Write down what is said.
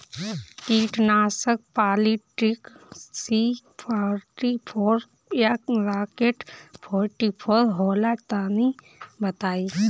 कीटनाशक Polytrin C forty four या Rocket forty four होला तनि बताई?